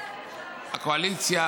הקואליציה